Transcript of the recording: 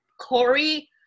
Corey